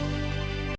Дякую.